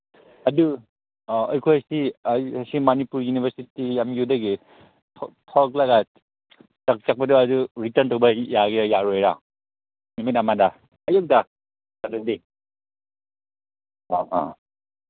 ꯑꯗꯨ ꯑꯩꯈꯣꯏꯗꯤ ꯁꯤ ꯃꯅꯤꯄꯨꯔꯒꯤ ꯌꯨꯅꯤꯚꯔꯁꯤꯇꯤ ꯑꯦꯝ ꯌꯨꯗꯒꯤ ꯊꯣꯛꯂꯒ ꯆꯠꯄꯗꯣ ꯑꯗꯨ ꯔꯤꯇꯟ ꯇꯧꯕ ꯌꯥꯒꯦꯔꯥ ꯌꯥꯔꯣꯏꯔꯥ ꯅꯨꯃꯤꯠ ꯑꯃꯗ ꯑꯌꯨꯛꯇ ꯑꯗꯨꯗꯤ ꯑ ꯑ